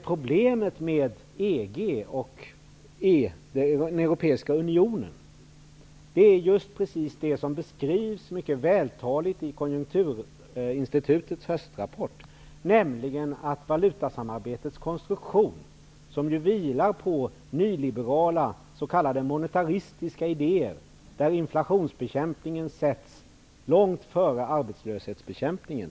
Problemet med EG och EU är just precis det som mycket vältaligt beskrivs i Konjunkturinstitutets höstrapport om valutasamarbetets konstruktion, som vilar på nyliberala och s.k. monetaristiska idéer där inflationsbekämpningen sätts långt före arbetslöshetsbekämpningen.